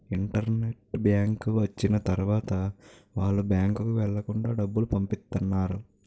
internet bank వచ్చిన తర్వాత వాళ్ళు బ్యాంకుకు వెళ్లకుండా డబ్బులు పంపిత్తన్నారు